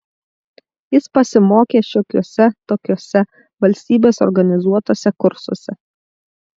jis pasimokė šiokiuose tokiuose valstybės organizuotuose kursuose